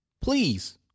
please